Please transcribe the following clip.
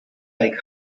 like